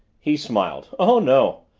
he smiled. oh, no.